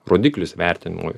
rodiklius vertinimui